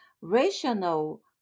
rational